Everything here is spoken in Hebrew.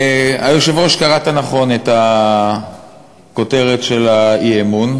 היושב-ראש, קראת נכון את הכותרת של האי-אמון,